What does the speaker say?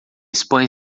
espanha